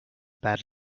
bad